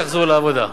שיחזרו לעבודה.